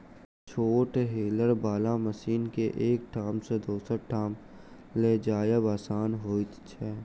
छोट हौलर बला मशीन के एक ठाम सॅ दोसर ठाम ल जायब आसान होइत छै